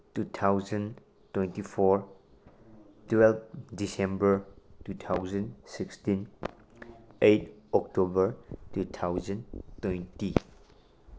two thousand twenty four twelve December two thousand sixteen eight October two thousand twenty